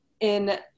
in-